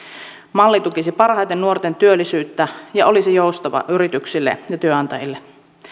malli tukisi parhaiten nuorten työllisyyttä ja olisi joustava yrityksille ja työnantajille